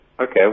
Okay